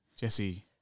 Jesse